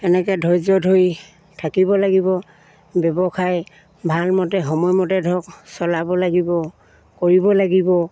এনেকৈ ধৈৰ্য্য় ধৰি থাকিব লাগিব ব্যৱসায় ভালমতে সময়মতে ধৰক চলাব লাগিব কৰিব লাগিব